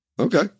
Okay